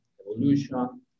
evolution